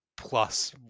plus